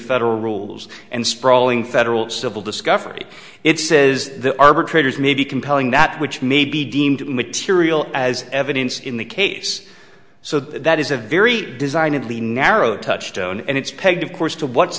federal rules and sprawling federal civil discovery it says the arbitrator's may be compelling that which may be deemed material as evidence in the case so that is a very design of the narrow touch tone and it's pegged of course to what's